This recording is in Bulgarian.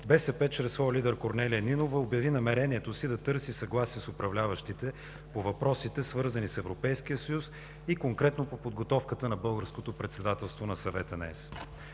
БСП чрез своя лидер Корнелия Нинова обяви намерението си да търси съгласие с управляващите по въпросите, свързани с Европейския съюз и конкретно по подготовката на Българското председателство на Съвета на